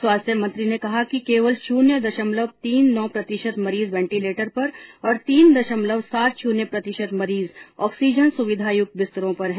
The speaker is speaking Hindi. स्वास्थ्य मंत्री ने कहा कि केवल शून्य दशमलव तीन नौ प्रतिशत मरीज वेंटिलेटर पर और तीन दशमलव सात शुन्य प्रतिशत मरीज ऑक्सीजन सुविधायुक्त बिस्तरों पर हैं